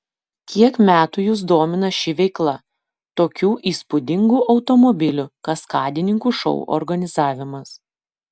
kiek metų jus domina ši veikla tokių įspūdingų automobilių kaskadininkų šou organizavimas